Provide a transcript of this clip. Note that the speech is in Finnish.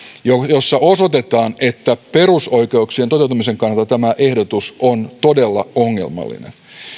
jossa osoitetaan että perusoikeuksien toteutumisen kannalta tämä ehdotus on todella ongelmallinen